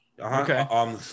Okay